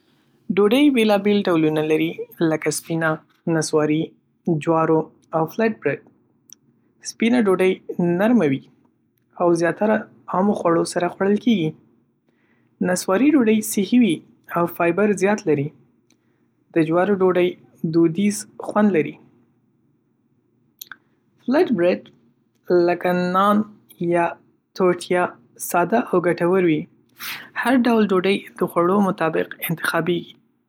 ډوډۍ بېلابېل ډولونه لري لکه سپینه، نسواري، جوارو او فلیټ بریډ. سپینه ډوډۍ نرم وي او زیاتره عامو خوړو سره خوړل کېږي. نسواري ډوډۍ صحي وي او فایبر زیات لري. د جوارو ډوډۍ دودیز خوند لري. فلیټ بریډونه لکه نان یا تورټیا ساده او ګټور وي. هر ډول ډوډۍ د خوړو مطابق انتخابېږي.